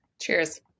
Cheers